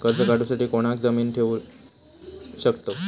कर्ज काढूसाठी कोणाक जामीन ठेवू शकतव?